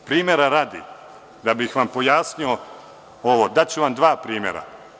Primera radi, da bih vam pojasnio ovo da ću vam dva primera.